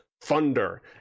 thunder